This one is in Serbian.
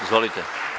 Izvolite.